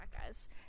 guys